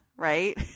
Right